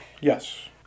Yes